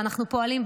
ואנחנו פועלים,